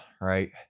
Right